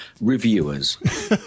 reviewers